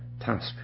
task